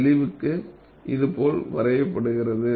தெளிவுக்கு இது போல வரையப்படுகிறது